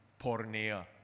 pornea